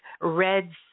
Reds